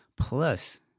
Plus